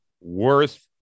worth